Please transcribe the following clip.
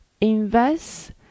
Invest